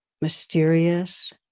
mysterious